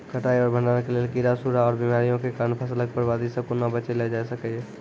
कटाई आर भंडारण के लेल कीड़ा, सूड़ा आर बीमारियों के कारण फसलक बर्बादी सॅ कूना बचेल जाय सकै ये?